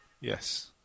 Yes